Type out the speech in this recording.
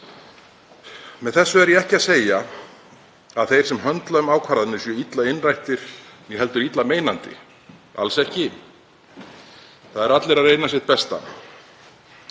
Með þessu er ég ekki að segja að þeir sem höndla um ákvarðanir séu illa innrættir eða illa meinandi, alls ekki. Það eru allir að reyna sitt besta.